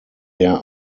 der